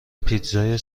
پیتزای